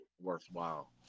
worthwhile